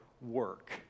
work